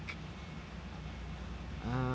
uh